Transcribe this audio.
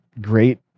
great